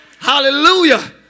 Hallelujah